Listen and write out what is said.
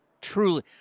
truly